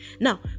Now